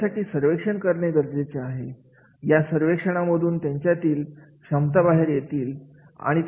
यासाठी सर्वेक्षण करणे गरजेचे आहे या सर्वेक्षणांमधून त्यांच्यामधील क्षमता बाहेर येतील